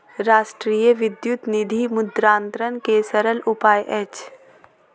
राष्ट्रीय विद्युत निधि मुद्रान्तरण के सरल उपाय अछि